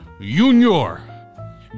Junior